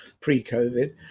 pre-COVID